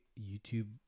youtube